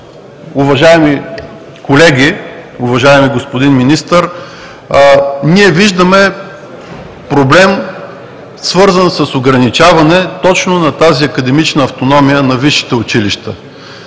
уважаеми колеги, уважаеми господин Министър, ние виждаме проблем, свързан с ограничаване точно на тази академична автономия на висшите училища